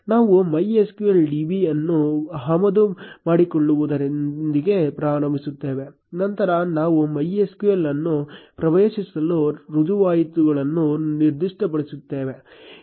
ನಾವು MySQL db ಅನ್ನು ಆಮದು ಮಾಡಿಕೊಳ್ಳುವುದರೊಂದಿಗೆ ಪ್ರಾರಂಭಿಸುತ್ತೇವೆ ನಂತರ ನಾವು MySQL ಅನ್ನು ಪ್ರವೇಶಿಸಲು ರುಜುವಾತುಗಳನ್ನು ನಿರ್ದಿಷ್ಟಪಡಿಸಿದ್ದೇವೆ